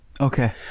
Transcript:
Okay